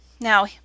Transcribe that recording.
Now